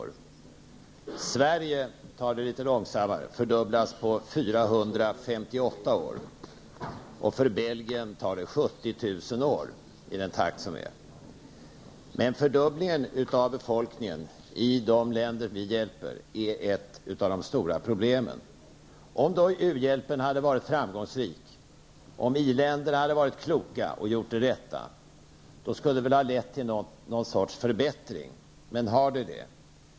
För Sverige går det litet långsammare, nämligen 458 år. Och för Belgien tar det 70 000 år med nuvarande takt. Men fördubblingen av befolkningen i de länder som vi hjälper är ett av de stora problemen. Om u-hjälpen hade varit framgångsrik, och om i-länderna hade varit kloka och gjort det rätta, skulle det väl ha lett till någon sorts förbättring. Men har det lett till någon förbättring?